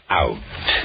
out